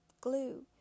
glue